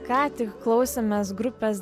ką tik klausėmės grupės